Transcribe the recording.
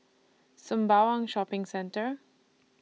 Sembawang Shopping Centre